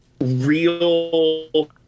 real